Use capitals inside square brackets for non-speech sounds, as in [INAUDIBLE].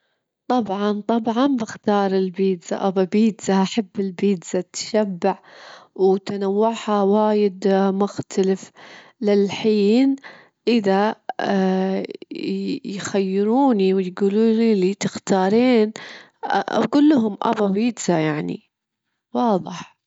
أحب إني أخيم في الطبيعة، أبي الحياة البرية، تعطيني شعور الراحة النفسية، وإنها تخليني بعيدة عن الضغوط الحياة، بس الفندق الفخم [HESITATION] حلوة مرة يعني، لكن الطبيعة لها سحرها الخاص.